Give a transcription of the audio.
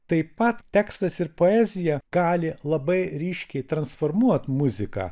taip pat tekstas ir poezija gali labai ryškiai transformuot muziką